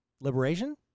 Liberation